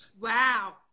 Wow